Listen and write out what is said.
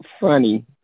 funny